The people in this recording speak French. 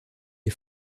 les